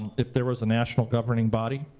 if there was a national governing body,